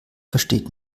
versteht